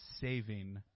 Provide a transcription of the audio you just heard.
saving